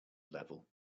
level